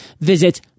Visit